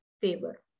favor